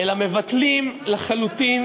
אלא מבטלים לחלוטין